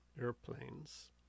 airplanes